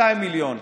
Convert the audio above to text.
200 מיליון,